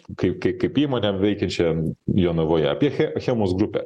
kaip kaip įmonę veikiančią jonavoje apie achemos grupę